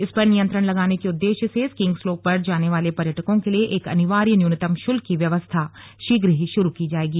इस पर नियंत्रण लगाने के उद्देश्य से स्कीइंग स्लोप पर जाने वाले पर्यटकों के लिए एक अनिवार्य न्यूनतम शुल्क की व्यवस्था शीघ्र ही शुरू की जाएगी